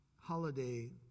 Holiday